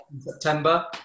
September